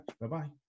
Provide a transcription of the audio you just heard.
Bye-bye